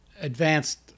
Advanced